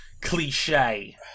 cliche